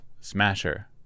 Smasher